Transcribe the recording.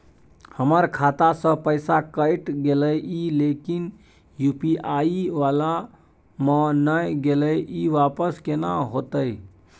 हमर खाता स पैसा कैट गेले इ लेकिन यु.पी.आई वाला म नय गेले इ वापस केना होतै?